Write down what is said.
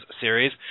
series